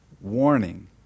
warning